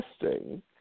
testing